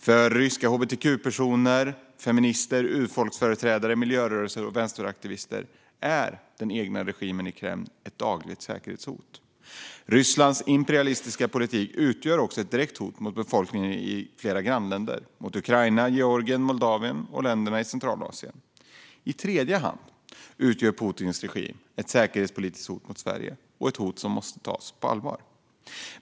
För ryska hbtq-personer, feminister, urfolksföreträdare, miljörörelser och vänsteraktivister är den egna regimen i Kreml ett dagligt säkerhetshot. Rysslands imperialistiska politik utgör också ett direkt hot mot befolkningen i flera grannländer - mot Ukraina, Georgien, Moldavien och länderna i Centralasien. I tredje hand utgör Putins regim ett säkerhetspolitiskt hot mot Sverige och ett hot som måste tas på allvar.